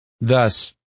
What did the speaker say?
Thus